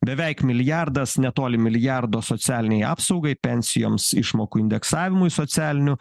beveik milijardas netoli milijardo socialinei apsaugai pensijoms išmokų indeksavimui socialinių